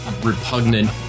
repugnant